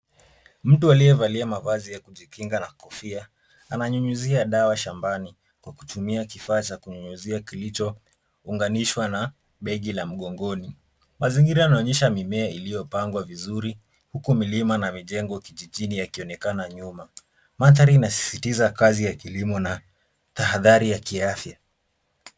Mtu aliyevalia mavazi ya kujikinga na kofia, ananyunyuzia dawa shambani kwa kutumia kifaa cha kunyunyuzia kilichounganishwa na begi la mgongoni. Mazingira yanaonyesha mimea iliyopangwa vizuri, huku milima na mijengo kijijini yakionekana nyuma. Mandhari inasisitiza kazi ya kilimo na tahadhari ya kiafya.